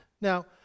Now